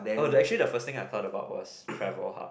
oh the actually the first thing I thought about was travel hub